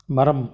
மரம்